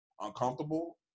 uncomfortable